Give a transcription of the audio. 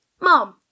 Mom